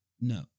No